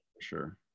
Sure